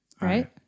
right